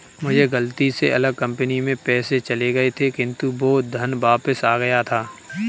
मुझसे गलती से अलग कंपनी में पैसे चले गए थे किन्तु वो धन वापिस आ गया था